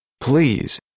Please